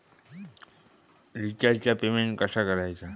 रिचार्जचा पेमेंट कसा करायचा?